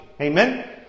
Amen